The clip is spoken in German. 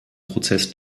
prozess